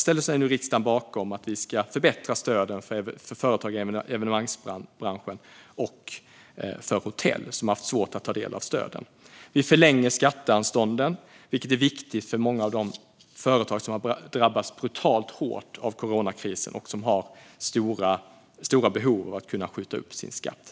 Därigenom kommer nu riksdagen att stå bakom att vi ska förbättra stöden för företag i evenemangsbranschen och för hotell som har haft svårt att få del av stöden. Vi förlänger skatteanstånden, vilket är viktigt för många av de företag som har drabbats brutalt hårt av coronakrisen och har stora behov av att skjuta upp sin skatt.